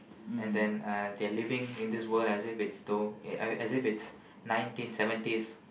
and then uh they are living in this world as if it's though uh as if it's nineteen seventies